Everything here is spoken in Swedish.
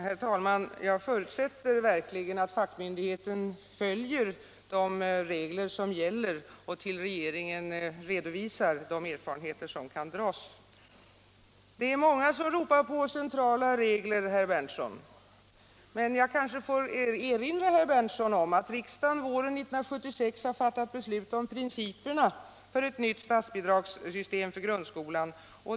Herr talman! Jag förutsätter verkligen att fackmyndigheten följer de regler som gäller och till regeringen redovisar de erfarenheter som kan göras. Det är många som ropar på centrala regler, herr Berndtson. Men jag kanske får erinra herr Berndtson om att riksdagen våren 1976 har fattat beslut om principerna för ett nytt statsbidragssystem för grundskolan.